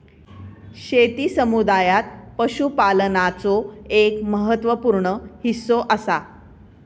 शेती समुदायात पशुपालनाचो एक महत्त्व पूर्ण हिस्सो असा